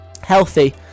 Healthy